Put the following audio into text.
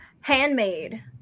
handmade